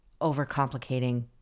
overcomplicating